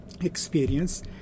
experience